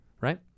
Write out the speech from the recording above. Right